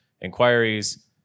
inquiries